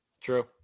True